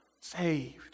saved